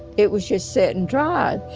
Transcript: it was just set and dried.